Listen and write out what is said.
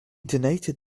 donated